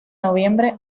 noviembre